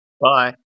Bye